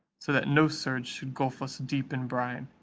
so that no surge should gulf us deep in brine,